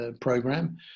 program